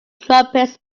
trumpets